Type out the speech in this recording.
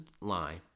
line